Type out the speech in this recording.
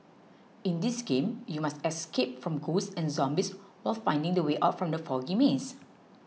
in this game you must escape from ghosts and zombies while finding the way out from the foggy maze